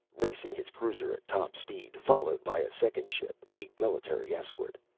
racing his cruiser at top speed, followed by a second ship, a military escort.